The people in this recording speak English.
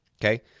Okay